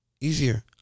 Easier